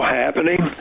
happening